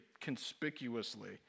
conspicuously